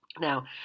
Now